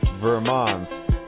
Vermont